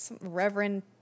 Reverend